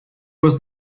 was